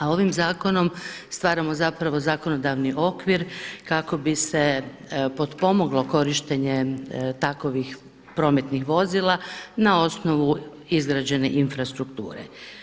A ovim zakonom stvaramo zapravo zakonodavni okvir kako bi se potpomoglo korištenje takvih prometnih vozila na osnovu izgrađene infrastrukture.